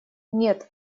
нет